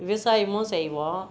விவசாயமும் செய்வோம்